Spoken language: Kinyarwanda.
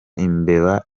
imbeba